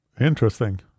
Interesting